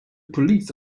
police